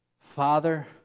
Father